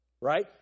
Right